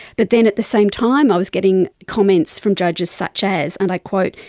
but then at the same time i was getting comments from judges such as, and i quote,